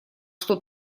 что